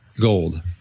gold